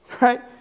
Right